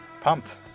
pumped